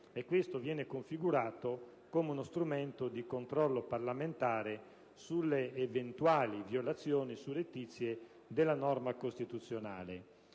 in questione, configurata come uno strumento di controllo parlamentare sulle eventuali violazioni surrettizie della norma costituzionale.